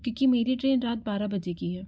क्योंकि मेरी ट्रेन रात बारह बजे की है